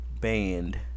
band